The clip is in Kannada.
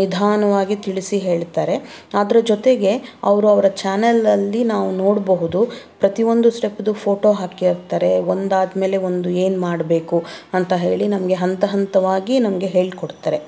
ನಿಧಾನವಾಗಿ ತಿಳಿಸಿ ಹೇಳ್ತಾರೆ ಅದರ ಜೊತೆಗೆ ಅವರು ಅವರ ಚಾನಲಲ್ಲಿ ನಾವು ನೋಡ್ಬಹುದು ಪ್ರತಿಯೊಂದು ಸ್ಟೆಪ್ದು ಫೋಟೋ ಹಾಕಿರ್ತಾರೆ ಒಂದಾದ ಮೇಲೆ ಒಂದು ಏನು ಮಾಡಬೇಕು ಅಂತ ಹೇಳಿ ನಮಗೆ ಹಂತ ಹಂತವಾಗಿ ನಮಗೆ ಹೇಳ್ಕೊಡ್ತಾರೆ